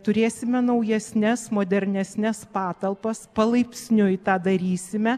turėsime naujesnes modernesnes patalpas palaipsniui tą darysime